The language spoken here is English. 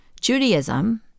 Judaism